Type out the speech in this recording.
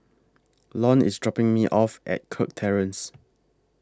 Lon IS dropping Me off At Kirk Terrace